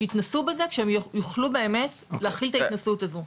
שיתנסו בזה כשהם יוכלו באמת להכיל את ההתנסות הזו.